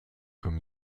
comme